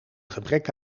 gebrek